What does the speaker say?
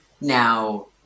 Now